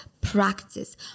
Practice